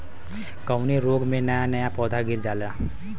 कवने रोग में नया नया पौधा गिर जयेला?